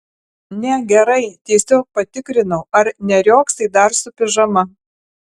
ne gerai tiesiog patikrinau ar neriogsai dar su pižama